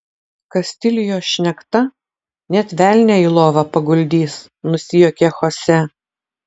kastilijos šnekta net velnią į lovą paguldys nusijuokė chose